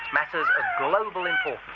matters of global and